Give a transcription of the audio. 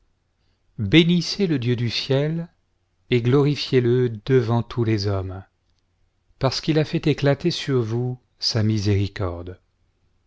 bénissez le dieu du ciel et glorifiez-le devant tous les hommes p'arce qu'il a fait éclater sur vous sa miséricorde